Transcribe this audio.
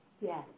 yes